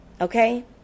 Okay